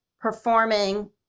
performing